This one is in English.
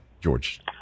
George